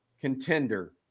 contender